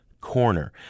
Corner